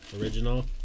original